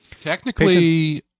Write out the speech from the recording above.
Technically